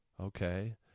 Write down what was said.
okay